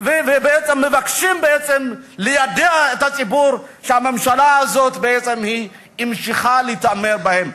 ובעצם מבקשים ליידע את הציבור שהממשלה הזאת בעצם המשיכה להתעמר בהם.